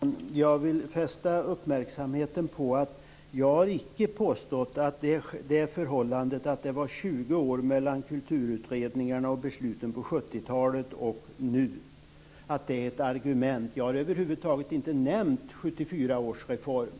Fru talman! Jag vill fästa uppmärksamheten på att jag inte har påstått att det förhållandet att det är 20 år mellan kulturutredningarna och mellan besluten på 70-talet och nu är ett argument. Jag har över huvud taget inte nämnt 1974 års reform.